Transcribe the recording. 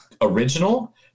original